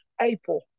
April